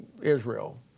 Israel